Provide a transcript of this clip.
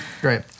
Great